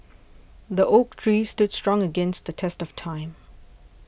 the oak tree stood strong against the test of time